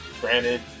Granted